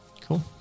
Cool